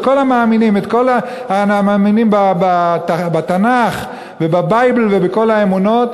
את כל המאמינים בתנ"ך וב-Bible בכל האמונות,